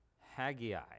Haggai